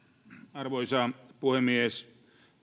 arvoisa puhemies